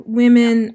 women